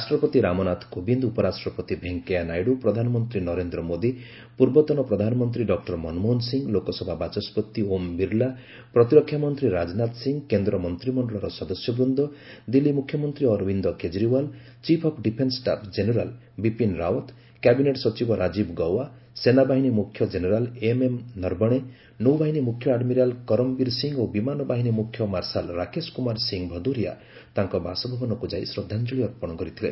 ରାଷ୍ଟ୍ରପତି ରାମନାଥ କୋବିନ୍ଦ ଉପରାଷ୍ଟ୍ରପତି ଭେଙ୍କେୟା ନାଇଡ୍ ପ୍ରଧାନମନ୍ତ୍ରୀ ନରେନ୍ଦ୍ରମୋଦି ପୂର୍ବତନ ପ୍ରଧାନମନ୍ତ୍ରୀ ଡକ୍ଟର ମନମୋହନ ସିଂହ ଲୋକସଭା ବାଚସ୍କତି ଓମ୍ ବିର୍ଲା ପ୍ରତିରକ୍ଷାମନ୍ତ୍ରୀ ରାଜନାଥ ସିଂହ କେନ୍ଦ୍ର ମନ୍ତିମଶ୍ଚଳର ସଦସ୍ୟବୃନ୍ଦ ଦିଲ୍ଲୀ ମୁଖ୍ୟମନ୍ତ୍ରୀ Arvind Kejriwal chief of defence staff general Bipin Rawat cabinet ସଚିବ ରାଜୀବ ଗୱା ସେନାବାହିନୀ ମୁଖ୍ୟ ଜେନେରାଲ ଏମ୍ ଏମ୍ ନରବଣେ ନୌବାହିନୀ ମୁଖ୍ୟ ଆଡମିରାଲ କରମବିର ସିଂହ ଓ ବିମାନବାହିନୀ ମୁଖ୍ୟ ମାର୍ଶାଲ ରାକେଶ କୁମାର ସିଂହ ଭଦୌରିଆ ତାଙ୍କ ବାସଭବନକୁ ଯାଇ ଶ୍ରଦ୍ଧାଞ୍ଚଳି ଅର୍ପଣ କରିଥିଲେ